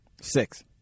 Six